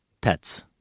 pets